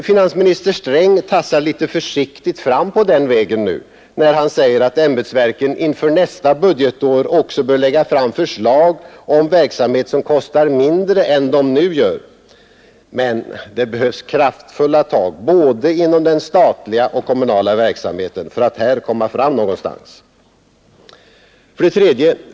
Finansminister Sträng tassar litet försiktigt fram på den vägen, när han säger, att ämbetsverken inför nästa budgetår också bör lägga fram förslag om verksamhet, som kostar mindre än vad den nu gör. Men det behövs kraftfulla tag både inom den statliga och kommunala verksamheten för att nå några resultat. 3.